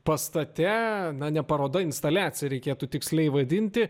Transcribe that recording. pastate na ne paroda instaliacija reikėtų tiksliai vadinti